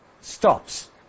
stops